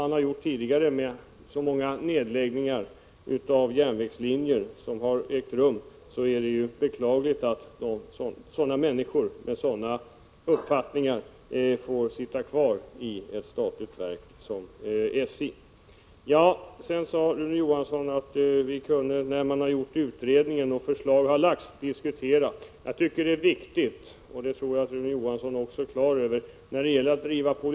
När det gäller de många nedläggningar av järnvägslinjer som har ägt rum vill jag framhålla att det är beklagligt att sådana befattningshavare får finnas kvar på ett statligt verk som SJ. Sedan sade Rune Johansson att vi, när utredningen är klar och förslag har lagts fram, kan diskutera dessa saker. Jag tycker att det är viktigt, och det tror jag att också Rune Johansson är klar över, att man inte väntar till dess att Prot.